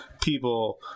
people